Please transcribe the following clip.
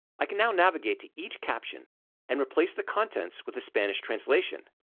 i can now navigate to each caption and replace the contents with a spanish translation.